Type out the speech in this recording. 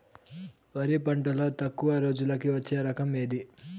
వరి పంటలో తక్కువ రోజులకి వచ్చే రకం ఏది?